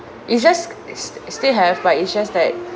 it just st~ still have but it's just that